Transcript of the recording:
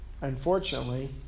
Unfortunately